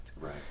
Right